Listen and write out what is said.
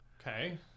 Okay